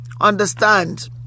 Understand